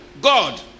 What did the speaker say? God